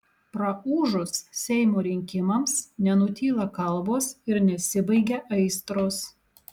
praūžus seimo rinkimams nenutyla kalbos ir nesibaigia aistros